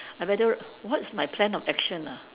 I better what's my plan of action ah